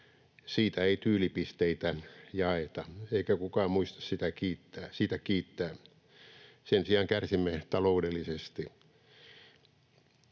Siitä ei tyylipisteitä jaeta, eikä kukaan muista siitä kiittää — sen sijaan kärsimme taloudellisesti.